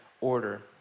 order